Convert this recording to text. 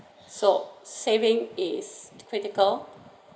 so saving is critical